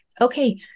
okay